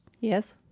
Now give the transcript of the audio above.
Yes